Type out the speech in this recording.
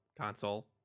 console